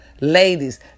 Ladies